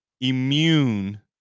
immune